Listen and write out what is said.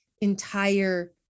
entire